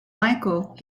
michael